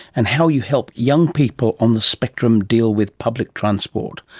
and how you help young people on the spectrum deal with public transport.